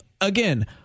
Again